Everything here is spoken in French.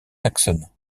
saxonne